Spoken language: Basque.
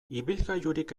ibilgailurik